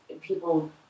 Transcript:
people